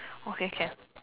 okay can